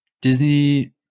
Disney